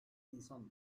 insan